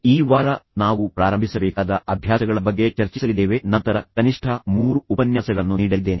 ಈ ವಾರ ನಾವು ಪ್ರಾರಂಭಿಸಬೇಕಾದ ಅಭ್ಯಾಸಗಳ ಬಗ್ಗೆ ಚರ್ಚಿಸಲಿದ್ದೇವೆ ಮತ್ತು ನಂತರ ಕನಿಷ್ಠ ಮೂರು ಉಪನ್ಯಾಸಗಳನ್ನು ನೀಡಲಿದ್ದೇನೆ